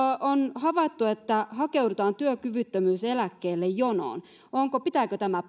on havaittu että hakeudutaan työkyvyttömyyseläkkeelle jonoon pitääkö tämä